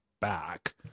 back